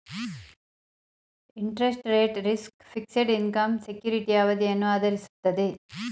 interest rate risk, fixed income ಸೆಕ್ಯೂರಿಟಿಯ ಅವಧಿಯನ್ನು ಆಧರಿಸಿರುತ್ತದೆ